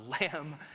Lamb